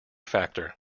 factor